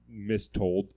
mistold